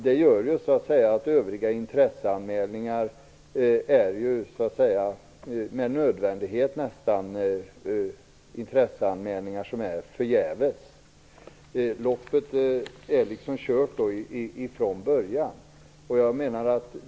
Det gör ju med nödvändighet att övriga intresseanmälningar görs förgäves. Loppet är liksom kört från början.